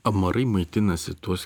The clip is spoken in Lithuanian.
amarai maitinasi tuos